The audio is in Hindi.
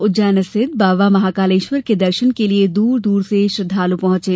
उज्जैन स्थित भगवान महाकालेश्वर के दर्शन करने के लिये दूर दूर से श्रद्वालू पहुंचे